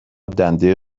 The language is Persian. دنده